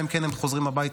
אלא אם כן הם חוזרים הביתה.